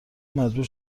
مجبور